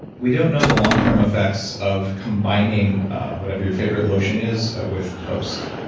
we don't know the longterm effects of combining whatever your favorite lotion is with toast.